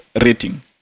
rating